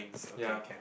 ya